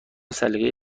سلیقه